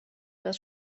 does